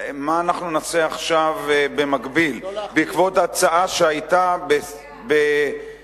מה אנחנו נעשה עכשיו במקביל בעקבות ההצעה שהיתה בזמנה,